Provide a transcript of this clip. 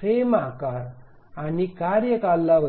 frame आकार आणि कार्य कालावधी